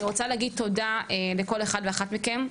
אני רוצה להגיד תודה לכל אחד ואחת מכם.